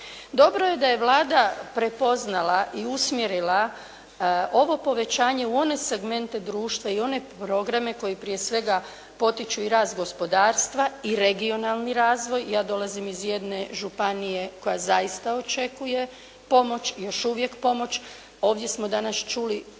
Dobro je da je Vlada prepoznala i usmjerila ovo povećanje u one segmente društva i one programe koji prije svega potiču i rast gospodarstva i regionalni razvoj. Ja dolazim iz jedne županije koja zaista očekuje pomoć, još uvijek pomoć, ovdje smo danas čuli